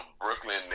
Brooklyn